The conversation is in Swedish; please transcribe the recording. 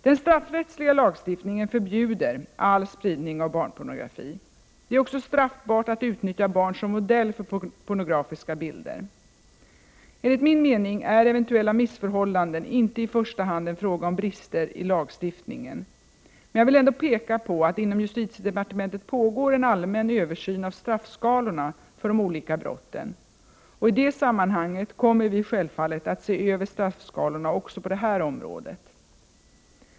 Den straffrättsliga lagstiftningen förbjuder all spridning av barnpornografi. Det är också straffbart att utnyttja barn som modell för pornografiska bilder. Enligt min mening är eventuella missförhållanden inte i första hand en fråga om brister i lagstiftningen. Men jag vill ändå peka på att det inom justitiedepartmentet pågår en allmän översyn av straffskalorna för de olika brotten. I det sammanhanget kommer vi självfallet att se över straffskalorna | också på det här området.